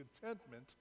contentment